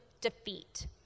defeat